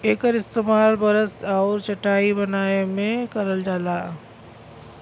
एकर इस्तेमाल बरस आउर चटाई बनाए में करल जाला